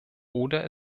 oder